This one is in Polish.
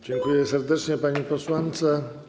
Dziękuję serdecznie pani posłance.